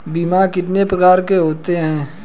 बीमा कितने प्रकार के होते हैं?